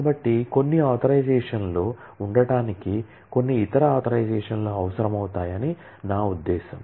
కాబట్టి కొన్ని ఆథరైజషన్ లు ఉండటానికి కొన్ని ఇతర ఆథరైజషన్ లు అవసరమవుతాయని నా ఉద్దేశ్యం